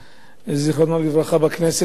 זיכרונו לברכה, בכנסת פה.